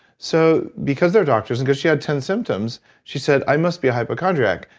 so because they're doctors, because she had ten symptoms, she said, i must be a hypochondriac,